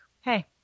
hey